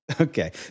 Okay